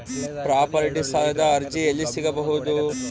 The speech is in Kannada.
ಪ್ರಾಪರ್ಟಿ ಸಾಲದ ಅರ್ಜಿ ಎಲ್ಲಿ ಸಿಗಬಹುದು?